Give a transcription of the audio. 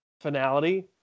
finality